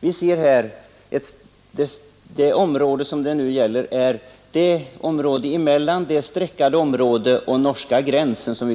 Vi ser här på bilden att det gäller området mellan den streckade linjen och norska gränsen.